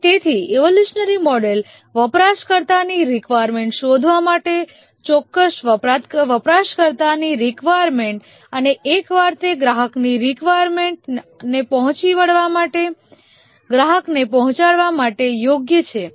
અને તેથી evolutionary model વપરાશકર્તા ની રિકવાયર્મેન્ટ શોધવા માટે ચોક્કસ વપરાશકર્તાની રિકવાયર્મેન્ટ અને એકવાર તે ગ્રાહકની રિકવાયર્મેન્ટઓને પહોંચી વળવા માટે ગ્રાહકને પહોંચાડવામાં માટે યોગ્ય છે